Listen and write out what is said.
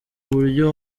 uburyo